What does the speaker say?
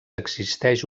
existeix